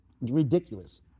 ridiculous